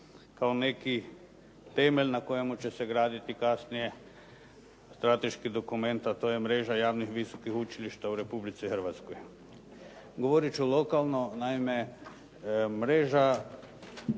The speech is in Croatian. kao neki temelj na kojemu će se graditi kasnije strateški dokument, a to je Mreža javnih visokih učilišta u Republici Hrvatskoj. Govorit ću lokalno, naime u mrežu